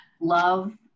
love